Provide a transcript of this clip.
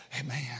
Amen